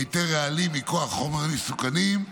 היתר רעלים מכוח חומרים מסוכנים,